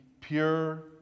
pure